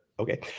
Okay